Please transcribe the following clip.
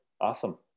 Awesome